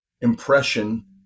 impression